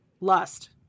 lust